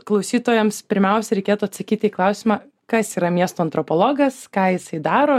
klausytojams pirmiausia reikėtų atsakyti į klausimą kas yra miesto antropologas ką jisai daro